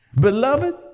Beloved